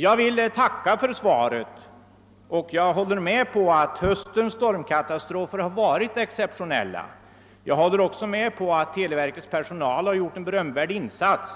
Jag tackar kommunikationsministern för svaret på min fråga och vill instämma i att höstens stormkatastrofer varit exceptionella. Jag håller också med om att televerkets personal gjort en berömvärd insats.